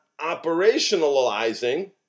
operationalizing